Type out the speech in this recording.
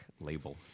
Label